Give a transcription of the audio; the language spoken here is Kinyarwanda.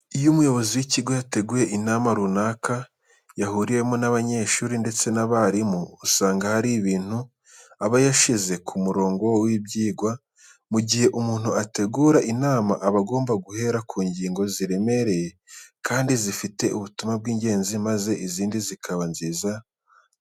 Iyo umuyobozi w'ikigo yateguye inama runaka yahuriwemo n'abanyeshuri ndetse n'abarimu, usanga hari ibintu aba yashyize ku murongo w'ibyigwa. Mu gihe umuntu ategura inama aba agomba guhera ku ngingo ziremereye kandi zifite ubutumwa bw'ingenzi maze izindi zikaba ziza nyuma.